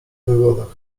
wywodach